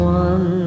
one